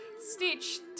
stitched